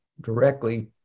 directly